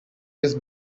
his